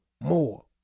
more